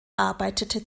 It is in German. arbeitete